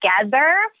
together